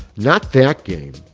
not that game,